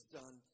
done